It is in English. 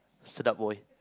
sedap boy